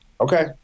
Okay